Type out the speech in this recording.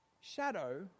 Shadow